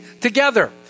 together